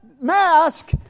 mask